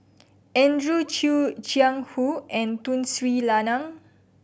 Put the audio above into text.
Andrew Chew Jiang Hu and Tun Sri Lanang